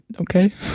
Okay